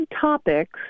topics